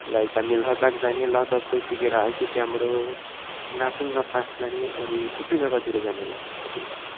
like हामी लद्दाख जाने लद्दाख गइसकेर अझै त्यहाँबाट नाथुला पास जाने अनि थुप्रै जग्गातिर जाने लद्दाखको पनि